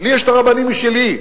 לי יש רבנים משלי.